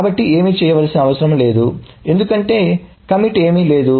కాబట్టి ఏమీ చేయవలసిన అవసరం లేదు ఎందుకంటే కమిట్ట్ ఏమీ లేదు